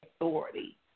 authority